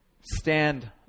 Stand